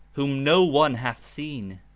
whom no one hath seen?